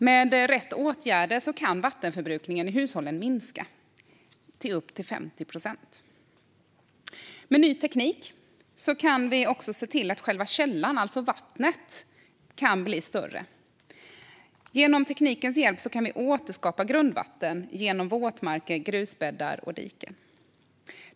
Med rätt åtgärder kan vattenförbrukningen i hushållen nämligen minska med upp till 50 procent. Med ny teknik kan vi också se till att själva källan, alltså vattnet, kan bli större. Med teknikens hjälp kan vi återskapa grundvatten genom våtmarker, grusbäddar och diken.